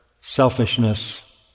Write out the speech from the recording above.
selfishness